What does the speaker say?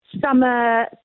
summer